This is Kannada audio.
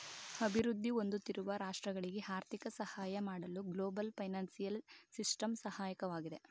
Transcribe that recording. ಅಭಿವೃದ್ಧಿ ಹೊಂದುತ್ತಿರುವ ರಾಷ್ಟ್ರಗಳಿಗೆ ಆರ್ಥಿಕ ಸಹಾಯ ಮಾಡಲು ಗ್ಲೋಬಲ್ ಫೈನಾನ್ಸಿಯಲ್ ಸಿಸ್ಟಮ್ ಸಹಾಯಕವಾಗಿದೆ